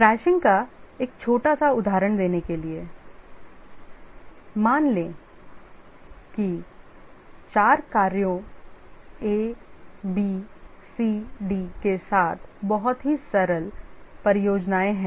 Crashing का एक छोटा सा उदाहरण देने के लिए मान लें कि चार कार्यों A B C D के साथ बहुत ही सरल परियोजनाएं हैं